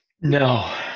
no